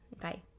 Bye